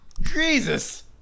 Jesus